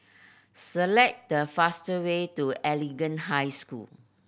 select the fastest way to Anglican High School